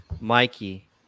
Mikey